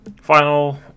Final